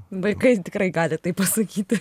vaikai tikrai gali taip pasakyti